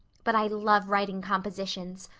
but i love writing compositions.